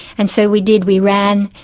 and so we did, we ran.